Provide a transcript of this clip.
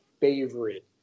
favorite